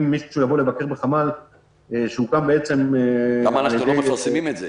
אם מישהו יבוא לבקר בחמ"ל שהוקם -- למה לא מפרסמים את זה?